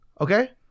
Okay